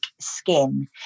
skin